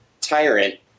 tyrant